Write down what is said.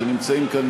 שנמצאים כאן,